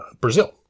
Brazil